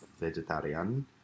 vegetarian